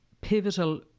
pivotal